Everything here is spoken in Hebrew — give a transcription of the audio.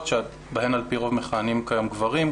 שבהן על פי רוב מכהנים כיום גברים,